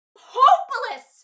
hopeless